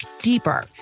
deeper